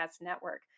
network